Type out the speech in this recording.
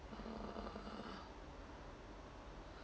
err